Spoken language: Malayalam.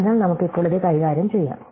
അതിനാൽ നമുക്ക് ഇപ്പോൾ ഇത് കൈകാര്യം ചെയ്യാം